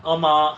ஆமா:aama